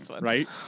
right